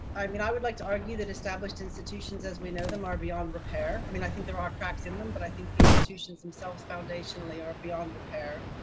i mean i would like to argue that established institutions as we know them are beyond repair. i mean, i think there are cracks in them, but i think the institutions themselves foundationally are beyond repair.